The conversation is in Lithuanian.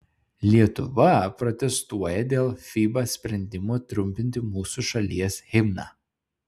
lietuva protestuoja dėl fiba sprendimo trumpinti mūsų šalies himną